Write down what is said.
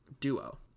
duo